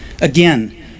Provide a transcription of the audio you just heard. Again